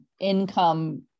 income